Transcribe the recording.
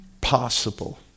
possible